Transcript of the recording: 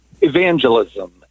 evangelism